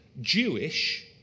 Jewish